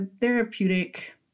therapeutic